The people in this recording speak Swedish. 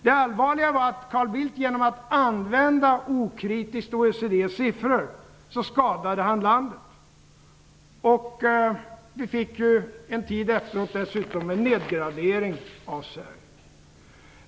Det allvarliga var att Carl Bildt genom att okritiskt använda OECD:s siffror skadade landet. Vi fick ju en tid senare dessutom en nedgradering av Sverige.